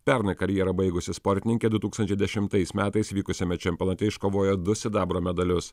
pernai karjerą baigusi sportininkė du tūkstančiai dešimtais metais vykusiame čempionate iškovojo du sidabro medalius